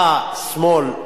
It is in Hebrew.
אתה שמאל,